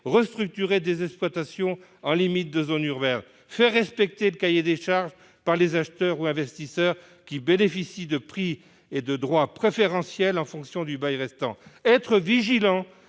restructurer des exploitations en limite de zones urbaines ; faire respecter le cahier des charges par les acheteurs ou investisseurs qui bénéficient de prix et de droits préférentiels en fonction du bail restant ; faire